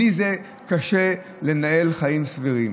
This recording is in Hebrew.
ובלי זה קשה לנהל חיים סבירים.